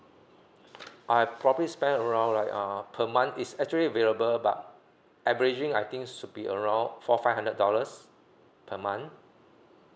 I probably spend around like uh per month is actually available but averaging I think should be around four five hundred dollars per month